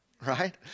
right